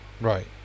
Right